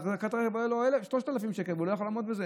ואחזקת רכב עולה לו 3,000 שקל והוא לא יכול לעמוד בזה